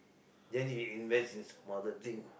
then you invest in some other thing